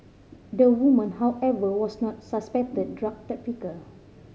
the woman however was not the suspected drug trafficker